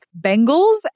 bengals